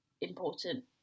important